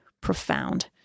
profound